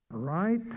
right